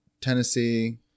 Tennessee